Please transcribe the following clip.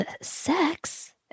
sex